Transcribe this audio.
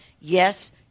Yes